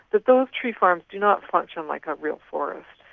that those tree farms do not function like a real forest,